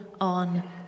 on